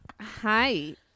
Hi